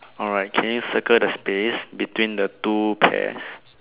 alright can you circle the space between the two pears